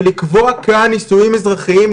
ולקבוע כאן נישואים אזרחיים,